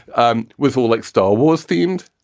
and with all like star wars themed.